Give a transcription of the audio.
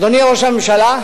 אדוני ראש הממשלה,